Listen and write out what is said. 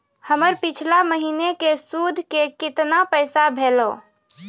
हमर पिछला महीने के सुध के केतना पैसा भेलौ?